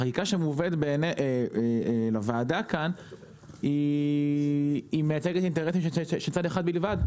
החקיקה שמובאת לוועדה כאן מייצגת אינטרסים של צד אחד בלבד,